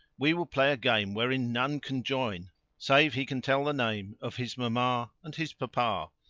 we will play a game wherein none can join save he can tell the name of his mamma and his papa.